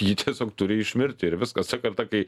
ji tiesiog turi išmirti ir viskas ta karta kai